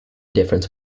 difference